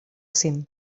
cim